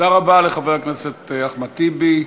תודה רבה לחבר הכנסת אחמד טיבי.